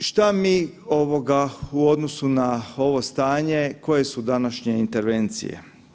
I šta mi u odnosu na ovo stanje koje su današnje intervencije?